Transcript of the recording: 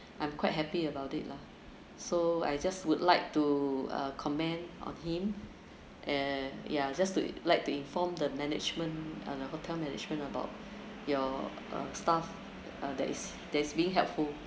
I'm quite happy about it lah so I just would like to uh comment on him and ya just to like to inform the management uh the hotel management about your uh staff uh that is that is being helpful